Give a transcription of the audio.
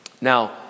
Now